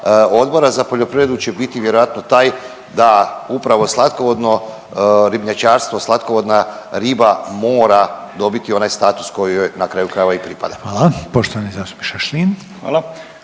Odbora za poljoprivredu će biti vjerojatno taj da upravo slatkovodno ribnjačarstvo, slatkovodna riba mora dobiti onaj status koji joj na kraju krajeva i pripada. **Reiner, Željko (HDZ)** Poštovani